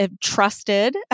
trusted